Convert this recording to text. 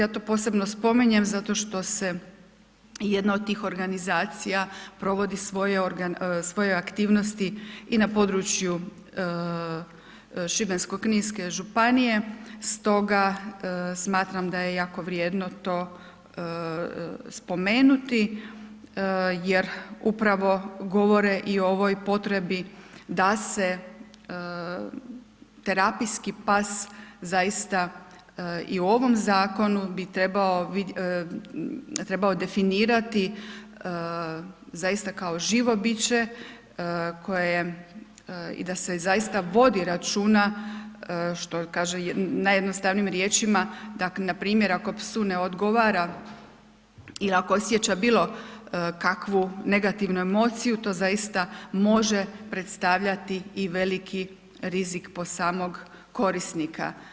Ja to posebno spominjem zato što se jedna od tih organizacija provodi svoje aktivnosti i na području Šibensko-kninske županije, stoga smatram da je jako vrijedno to spomenuti, jer upravo govore i o ovoj potrebi da se terapijski pas zaista i u ovom zakonu bi trebao, trebao definirati zaista kao živo biće koje je i da se zaista vodi računa što kaže najjednostavnijim riječima da npr. ako psu ne odgovara ili ako osjeća bilo kakvu negativnu emociju to zaista može predstavljati i veliki rizik po samog korisnika.